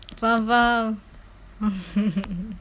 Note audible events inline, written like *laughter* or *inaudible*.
faham faham *laughs*